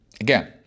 Again